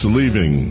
leaving